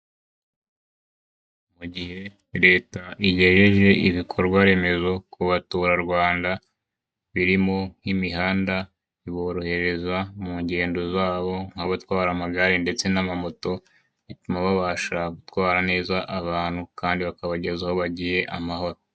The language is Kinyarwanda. Mu gihe Leta igejeje ibikorwaremezo ku baturarwanda birimo imihanda biborohereza mu ngendo zabo, nk'abatwara amagare ndetse n'amamoto bituma babasha gutwara neza abantu kandi bakabageza aho bagiye amahoro.